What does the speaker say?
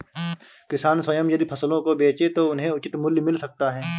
किसान स्वयं यदि फसलों को बेचे तो उन्हें उचित मूल्य मिल सकता है